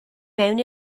mewn